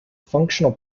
functional